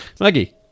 Maggie